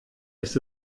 ist